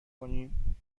کنیم